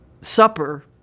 supper